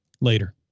later